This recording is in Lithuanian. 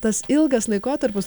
tas ilgas laikotarpis